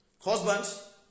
Husbands